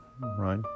right